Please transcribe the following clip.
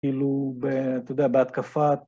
‫כאילו, ת׳יודע, בהתקפה.